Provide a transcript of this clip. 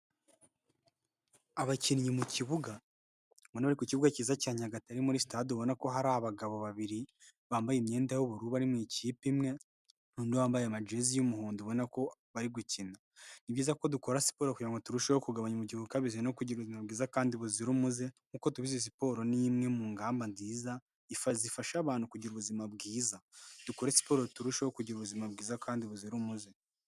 Abakinnyi mu kibuga; ubona bari ku kibuga cyiza cya Nyagatare muri sitade ubona ko hari abagabo babiri bambaye imyenda y'ubururu bari mu ikipe imwe, n'undi wambaye amajezi y'umuhodo ubona ko bari gukina. Ni ibyiza ko dukora siporo kugira ngo turusheho kugabanya umubyibuho ukabije, no kugira ubuzima bwiza kandi buzira umuze. Kuko tubizi siporo ni imwe mu ngamba nziza zifasha abantu kugira ubuzima bwiza, dukore siporo turusheho kugira ubuzima bwiza kandi buzira umuze.